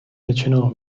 řečeno